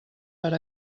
per